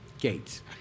Gates